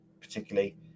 particularly